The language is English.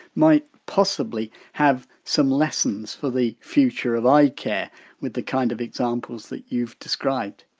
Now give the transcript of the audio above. might possibly have some lessons for the future of eyecare with the kind of examples that you've described?